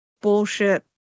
bullshit